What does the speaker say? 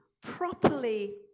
properly